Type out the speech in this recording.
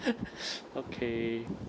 okay